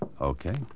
Okay